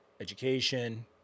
education